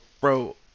Bro